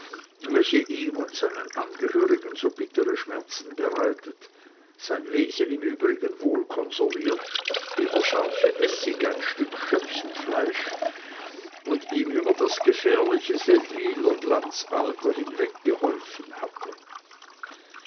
welche ihm und seinen angehörigen so bittere schmerzen bereitet sein wesen im übrigen wohl konserviert wie der scharfe essig ein stück schöpsenfleisch und ihm über das gefährliche seldwyler glanzalter hinweggeholfen hatte